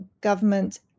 government